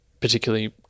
particularly